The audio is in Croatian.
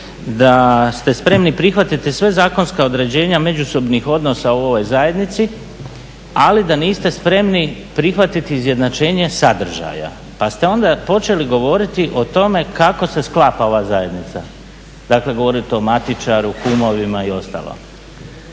da ste spremni prihvatiti sva zakonska određenja međusobnih odnosa u ovoj zajednici, ali da niste spremni prihvatit izjednačenje sadržaja, pa ste onda počeli govoriti o tome kako se sklapa ova zajednica, dakle govorit o matičaru, kumovima i ostalo.